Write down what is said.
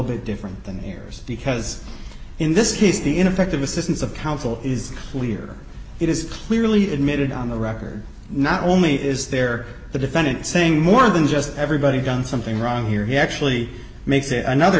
bit different than yours because in this case the ineffective assistance of counsel is clear it is clearly admitted on the record not only is there the defendant saying more than just everybody done something wrong here he actually makes it another